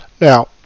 Now